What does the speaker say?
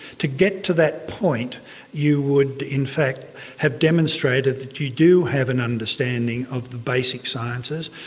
to get to that point you would in fact have demonstrated that you do have an understanding of the basic sciences,